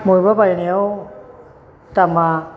बबेबा बायनायाव दामा